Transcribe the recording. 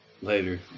Later